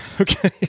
Okay